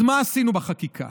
אז מה עשינו בחקיקה?